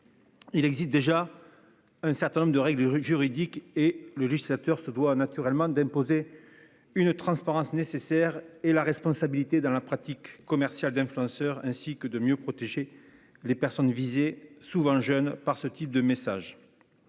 Il existe déjà. Un certain nombre de règles du juridique et le législateur se doit naturellement d'imposer une transparence nécessaire et la responsabilité dans la pratique commerciale d'influenceurs ainsi que de mieux protéger les personnes visées. Souvent le jeune par ce type de message.